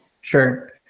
Sure